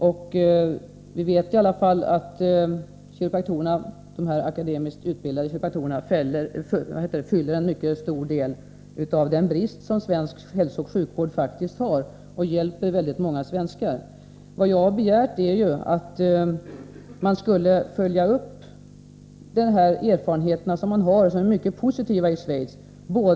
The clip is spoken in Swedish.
Vi vet i alla fall att de akademiskt utbildade kiropraktorerna fyller en mycket stor del av den brist som faktiskt finns inom svensk hälsooch sjukvård och hjälper väldigt många svenskar. Vad jag har begärt är att man skulle följa upp de mycket positiva erfarenheter som har gjorts i Schweiz.